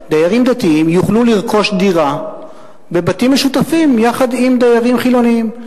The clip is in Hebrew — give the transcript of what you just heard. דיירים דתיים יוכלו לרכוש דירה בבתים משותפים יחד עם דיירים חילונים.